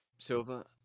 Silva